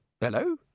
Hello